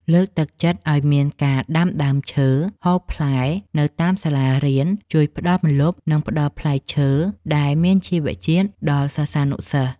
លើកទឹកចិត្តឱ្យមានការដាំដើមឈើហូបផ្លែនៅតាមសាលារៀនជួយផ្ដល់ម្លប់ និង ផ្ដល់ផ្លែឈើដែលមានជីវជាតិដល់សិស្សានុសិស្ស។